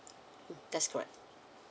that's correct